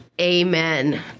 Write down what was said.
Amen